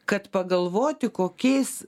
kad pagalvoti kokiais